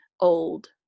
old